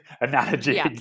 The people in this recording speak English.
analogy